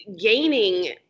gaining